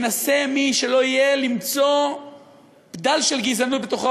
ינסה מי שלא יהיה למצוא בדל של גזענות בתוכו,